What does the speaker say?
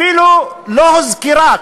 אפילו לא הוזכרה.